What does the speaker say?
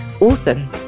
awesome